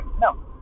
No